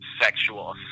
sexual